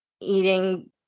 eating